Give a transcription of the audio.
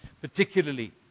particularly